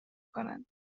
کنند